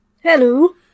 Hello